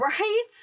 Right